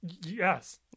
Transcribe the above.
Yes